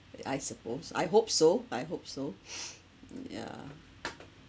I suppose I hope so I hope so yeah